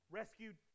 rescued